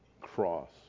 cross